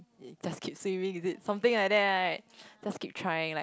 just keep sewing is it something like that right just keep trying like